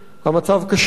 המצב קשה.